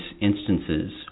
instances